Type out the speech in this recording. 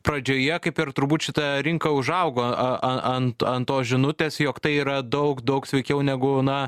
pradžioje kaip ir turbūt šita rinka užaugo a a ant ant tos žinutės jog tai yra daug daug sveikiau negu na